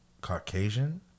caucasian